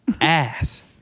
ass